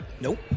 Nope